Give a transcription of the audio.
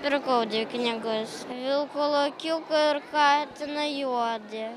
pirkau dvi knygas vilkolakiuką ir katiną juodį